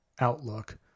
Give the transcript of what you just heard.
outlook